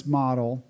model